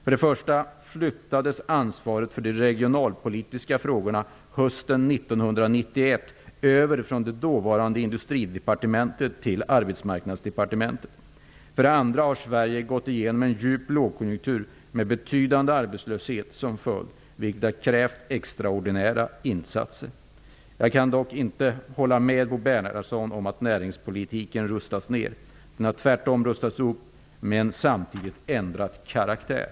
För det första flyttades ansvaret för de regionalpolitiska frågorna hösten 1991 över från det dåvarande industridepartementet till Arbetsmarknadsdepartementet. För det andra har Sverige gått igenom en djup lågkonjunktur med betydande arbetslöshet som följd, vilket har krävt extraordinära insatser. Jag kan dock inte hålla med Bo Bernhardsson om att näringspolitiken har rustats ned. Den har tvärtom rustats upp men samtidigt ändrat karaktär.